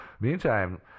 meantime